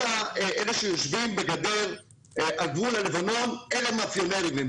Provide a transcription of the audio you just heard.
כל אלה שיושבים לגדל על גבול לבנון הם המאפיונרים.